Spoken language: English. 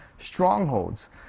strongholds